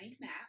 map